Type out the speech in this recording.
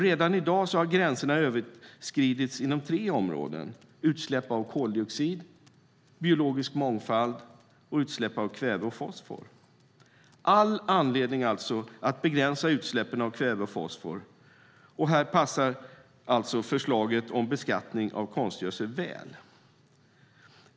Redan i dag har gränserna överskridits inom tre områden: utsläpp av koldioxid, biologisk mångfald och utsläpp av kväve och fosfor. Det finns alltså all anledning att begränsa utsläppen av kväve och fosfor, och här passar förslaget om beskattning av konstgödsel väl.